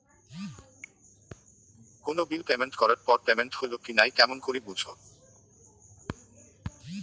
কোনো bill payment করার পর পেমেন্ট হইল কি নাই কেমন করি বুঝবো?